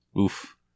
Oof